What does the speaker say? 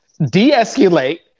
deescalate